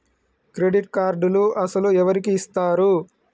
Credit కార్డులు అసలు ఎవరికి ఇస్తారు?